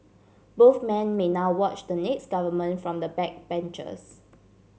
both men may now watch the next government from the backbenches